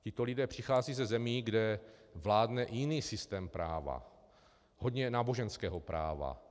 Tito lidé přicházejí ze zemí, kde vládne jiný systém práva, hodně náboženského práva.